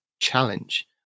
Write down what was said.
Challenge